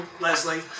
Leslie